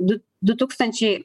du du tūkstančiai